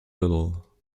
little